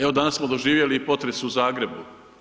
Evo, danas smo doživjeli i potres u Zagrebu.